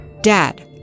Dad